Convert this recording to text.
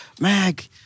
Mag